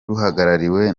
ruhagarariwe